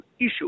issue